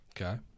Okay